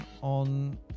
on